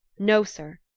no, sir!